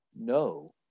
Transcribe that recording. No